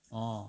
orh